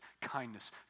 kindness